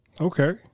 Okay